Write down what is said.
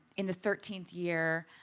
in the thirteenth year.